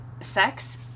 sex